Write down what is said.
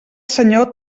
senyor